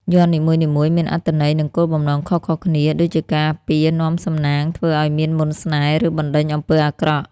យ័ន្តនីមួយៗមានអត្ថន័យ និងគោលបំណងខុសៗគ្នា ដូចជាការពារ នាំសំណាង ធ្វើឱ្យមានមន្តស្នេហ៍ ឬបណ្តេញអំពើអាក្រក់។